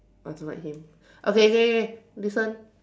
I don't like him okay okay okay listen